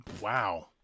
Wow